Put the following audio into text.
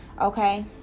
okay